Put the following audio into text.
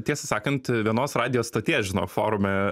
tiesą sakant vienos radijo stoties žinok forume